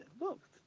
look